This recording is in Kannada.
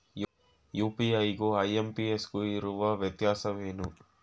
ಯು.ಪಿ.ಐ ಗು ಐ.ಎಂ.ಪಿ.ಎಸ್ ಗು ಇರುವ ವ್ಯತ್ಯಾಸವೇನು?